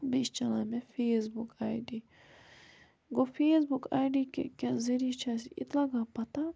بیٚیہِ چھُ چَلان مےٚ فیس بُک آی ڈی گوٚو فیس بُک آی ڈی کہِ کہِ ذٔریعہٕ چھِ اسہِ یہِ تہِ لَگان پَتہ